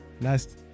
nice